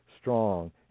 strong